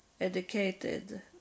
educated